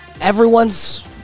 everyone's